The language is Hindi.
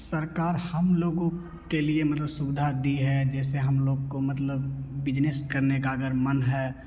सरकार हम लोगों के लिए मतलब सुविधा दी है जैसे हम लोग को मतलब बिजनेस करने का अगर मन है